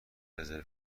رزرو